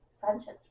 friendships